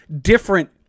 different